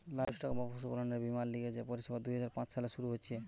livestock বা পশুপালনের বীমার লিগে যে পরিষেবা দুই হাজার পাঁচ সালে শুরু হিছে